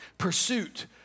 pursuit